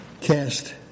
cast